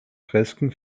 fresken